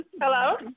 Hello